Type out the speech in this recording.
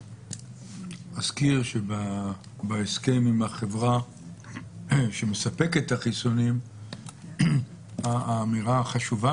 אזכיר שבהסכם עם החברה שמספקת את החיסונים האמירה החשובה